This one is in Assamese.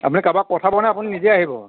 আপুনি কাৰোবাক পঠাবনে আপুনি নিজে আহিব